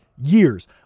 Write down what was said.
years